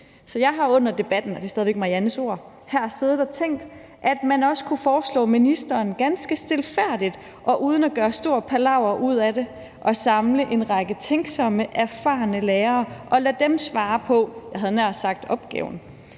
Jeg har under debatten« – og det er stadig væk Marianne Jelveds ord – »her siddet og tænkt, at man også kunne foreslå ministeren ganske stilfærdigt og uden at gøre stor palaver ud af det at samle en række tænksomme, erfarne lærere og lade dem svare på, jeg